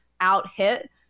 out-hit